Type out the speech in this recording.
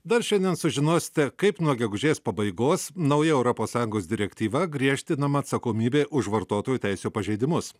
dar šiandien sužinosite kaip nuo gegužės pabaigos nauja europos sąjungos direktyva griežtinama atsakomybė už vartotojų teisių pažeidimus